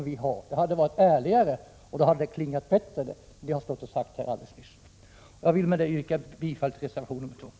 Det hade varit ärligare, och då hade det ni sagt här nyss klingat bättre. Med detta yrkar jag bifall till reservation nr 2.